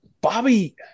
Bobby